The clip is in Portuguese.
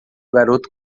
garoto